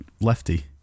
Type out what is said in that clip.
lefty